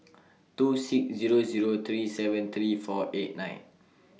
two six Zero Zero three seven three four eight nine